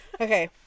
Okay